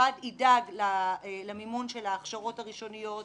המשרד ידאג למימון ההכשרות הראשוניות,